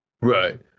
Right